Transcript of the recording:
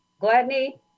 Gladney